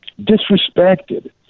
disrespected